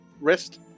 wrist